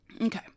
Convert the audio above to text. Okay